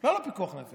לא היה לו פיקוח נפש.